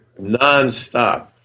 nonstop